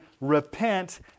repent